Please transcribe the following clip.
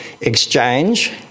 Exchange